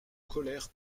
colère